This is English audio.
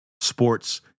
sports